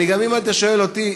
אם אתה שואל אותי,